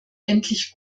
endlich